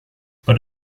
but